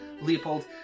Leopold